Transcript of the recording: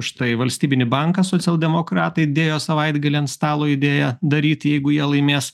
štai valstybinį banką socialdemokratai dėjo savaitgalį ant stalo idėją daryti jeigu jie laimės